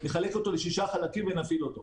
נחלק אותו לשישה חלקים ונפעיל אותו.